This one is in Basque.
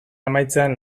amaitzean